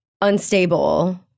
unstable